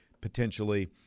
potentially